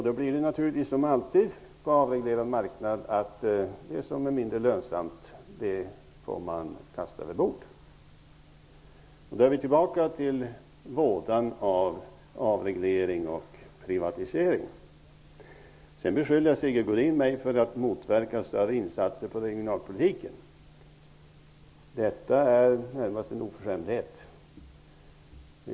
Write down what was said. Då blir det naturligtvis, som alltid på en avreglerad marknad, så att det som är mindre lönsamt får man kasta över bord. Då är vi tillbaka till vådan av avreglering och privatisering. Sigge Godin beskyller mig för att motverka större insatser inom regionalpolitiken. Detta är närmast en oförskämdhet.